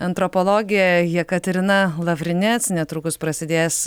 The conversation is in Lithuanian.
antropologė jekaterina lavrinec netrukus prasidės